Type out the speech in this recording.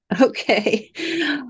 Okay